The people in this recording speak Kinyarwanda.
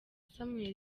samuel